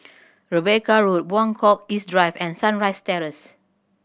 Rebecca Road Buangkok East Drive and Sunrise Terrace